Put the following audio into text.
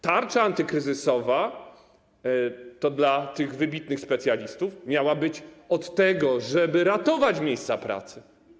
Tarcza antykryzysowa dla tych wybitnych specjalistów miała być od tego, żeby ratować miejsca pracy.